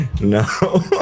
No